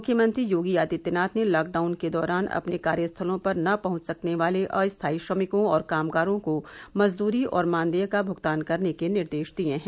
मुख्यमंत्री योगी आदित्यनाथ ने लॉकडाउन के दौरान अपने कार्यस्थलों पर न पहंच सकने वाले अस्थाई श्रमिकों और कामगारों को मजदूरी और मानदेय का भुगतान करने के निर्देश दिए हैं